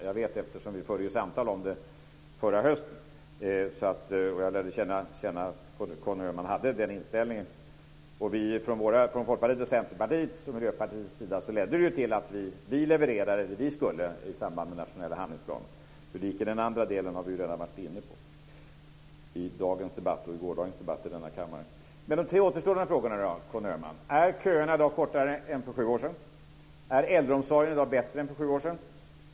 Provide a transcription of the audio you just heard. Jag vet det, för vi förde ju samtal om det förra hösten. Då lärde jag mig att Conny Öhman hade den inställningen. Från vår sida, från Folkpartiets, Centerpartiets och Miljöpartiets sida, levererade vi det vi skulle i samband med den nationella handlingsplanen. Hur det gick i den andra delen har vi ju redan varit inne på i dagens debatt och i gårdagens debatt i denna kammare. Men hur är det med de tre återstående frågorna, Conny Öhman? Är köerna i dag kortare än för sju år sedan? Är äldreomsorgen i dag bättre än för sju år sedan?